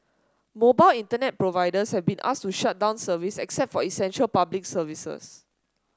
mobile Internet providers have been asked to shut down service except for essential Public Services